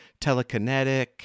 telekinetic